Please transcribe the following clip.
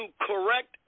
correct